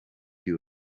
you